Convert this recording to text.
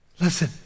Listen